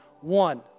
One